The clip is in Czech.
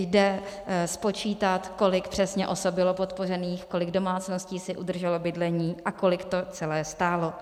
Jde spočítat, kolik přesně osob bylo podpořeno, kolik domácností si udrželo bydlení a kolik to celé stálo.